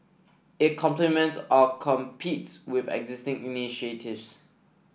it complements or competes with existing initiatives